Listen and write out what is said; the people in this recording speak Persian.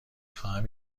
خواهم